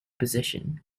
position